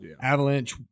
Avalanche